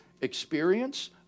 experience